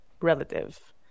relative